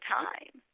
time